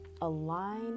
align